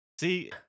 see